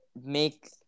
make